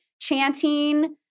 chanting